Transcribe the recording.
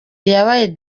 yabaye